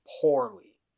poorly